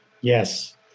Yes